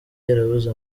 yarabuze